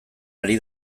ari